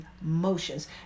Emotions